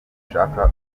ushaka